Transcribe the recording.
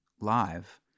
live